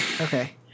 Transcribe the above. Okay